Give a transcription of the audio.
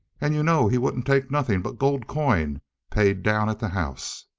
and you know he wouldn't take nothing but gold coin paid down at the house?